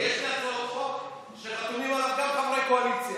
יש לי הצעות חוק שחתומים עליהן גם חברי קואליציה,